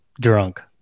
drunk